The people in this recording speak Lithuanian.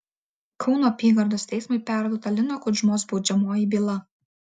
kauno apygardos teismui perduota lino kudžmos baudžiamoji byla